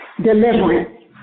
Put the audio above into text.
Deliverance